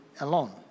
alone